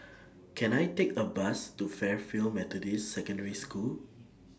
Can I Take A Bus to Fairfield Methodist Secondary School